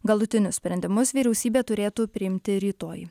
galutinius sprendimus vyriausybė turėtų priimti rytoj